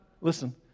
Listen